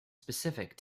specific